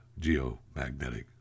geomagnetic